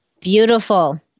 Beautiful